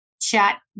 Chat